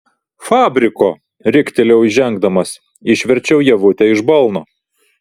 fabriko riktelėjau įžengdamas išverčiau ievutę iš balno